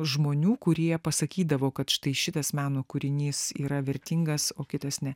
žmonių kurie pasakydavo kad štai šitas meno kūrinys yra vertingas o kitas ne